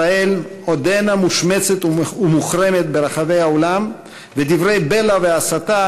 ישראל עודנה מושמצת ומוחרמת ברחבי העולם ודברי בלע והסתה